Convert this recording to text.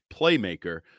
playmaker